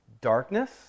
darkness